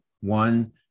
one